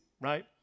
right